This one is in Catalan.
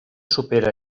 supera